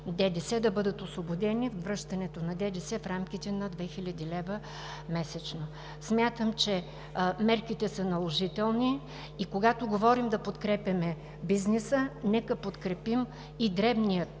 да бъдат освободени от връщането на ДДС в рамките на 2000 лв. месечно. Смятам, че мерките са наложителни, и когато говорим да подкрепяме бизнеса, нека подкрепим и дребния